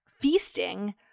feasting